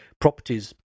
properties